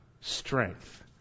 strength